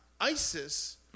ISIS